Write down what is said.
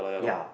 ya